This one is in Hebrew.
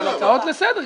אבל הצעות לסדר.